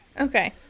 okay